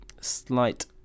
slight